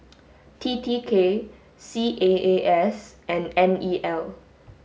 T T K C A A S and N E L